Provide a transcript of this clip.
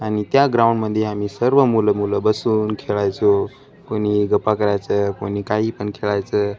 आणि त्या ग्राउंडमध्ये आम्ही सर्व मुलं मुलं बसून खेळायचो कोणी गप्पा करायचं कोणी काही पण खेळायचं